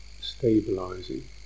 stabilizing